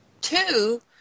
Two